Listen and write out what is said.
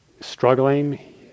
struggling